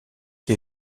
qui